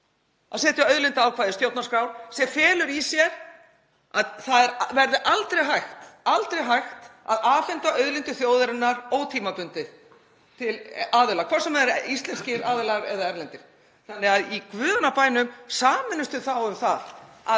að setja auðlindaákvæði í stjórnarskrá sem felur í sér að það verður aldrei hægt að afhenda auðlindir þjóðarinnar ótímabundið til aðila, hvort sem það eru íslenskir aðilar eða erlendir, þannig að í guðanna bænum sameinumst þá um það að